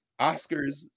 Oscars